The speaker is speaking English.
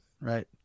Right